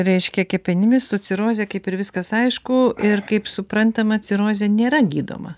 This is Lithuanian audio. reiškia kepenimis su ciroze kaip ir viskas aišku ir kaip suprantama cirozė nėra gydoma